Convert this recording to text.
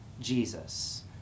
Jesus